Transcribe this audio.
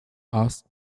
asked